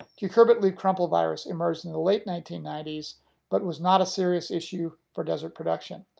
cucurbit leaf crumple virus emerged in the late nineteen ninety s but was not a serious issue for desert production.